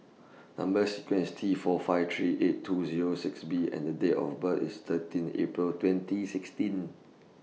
Number sequence IS T four five three eight two Zero six B and The Date of birth IS thirteen April twenty sixteen